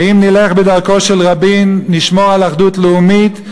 ואם נלך בדרכו של רבין, נשמור על אחדות לאומית.